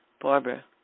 Barbara